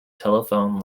telephone